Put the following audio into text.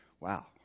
Wow